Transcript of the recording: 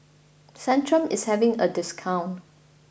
Centrum is having a discount